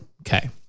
Okay